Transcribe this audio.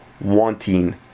wanting